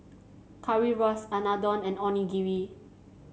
Currywurst Unadon and Onigiri